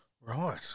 Right